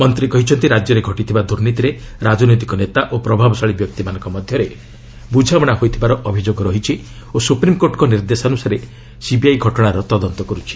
ମନ୍ତ୍ରୀ କହିଛନ୍ତି ରାଜ୍ୟରେ ଘଟିଥିବା ଦୁର୍ନୀତିରେ ରାଜନୈତିକ ନେତା ଓ ପ୍ରଭାବଶାଳୀ ବ୍ୟକ୍ତିମାନଙ୍କ ମଧ୍ୟରେ ବୁଝାମଣା ହୋଇଥିବାର ଅଭିଯୋଗ ରହିଛି ଓ ସୁପ୍ରିମ୍କୋର୍ଟଙ୍କ ନିର୍ଦ୍ଦେଶାନୁସାରେ ସିବିଆଇ ଘଟଣାର ତଦନ୍ତ କରୁଛି